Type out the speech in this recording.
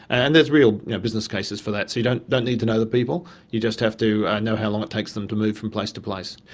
and there's real business cases for that, so you don't don't need to know the people, you just have to know how long it takes them to move from place to place.